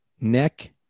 neck